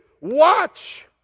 Watch